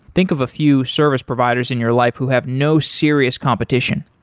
think of a few service providers in your life who have no serious competition.